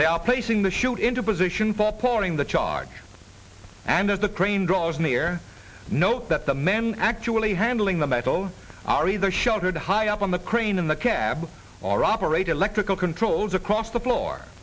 they are placing the chute into position for pouring the charge and as the crane draws near note that the men actually handling the metal are either sheltered high up on the crane in the cab or operate electrical controls across the floor